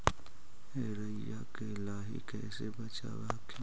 राईया के लाहि कैसे बचाब हखिन?